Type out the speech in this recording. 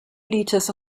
liters